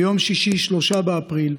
ביום שישי, 3 באפריל,